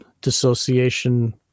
dissociation